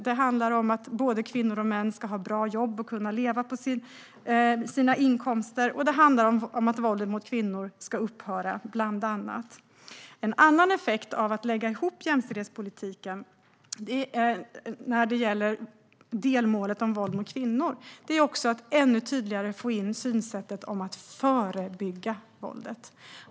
Det handlar om att både kvinnor och män ska ha bra jobb och kunna leva på sina inkomster. Det handlar om att våldet mot kvinnor ska upphöra. En annan effekt av att lägga ihop jämställdhetspolitiken när det gäller delmålet om våld mot kvinnor är att ännu tydligare få in synsättet om att förebygga våldet.